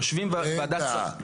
יושבים בוועדת --- רגע,